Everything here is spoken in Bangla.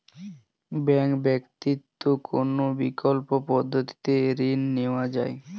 ব্যাঙ্ক ব্যতিত কোন বিকল্প পদ্ধতিতে ঋণ নেওয়া যায়?